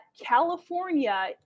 California